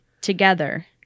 together